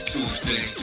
Tuesday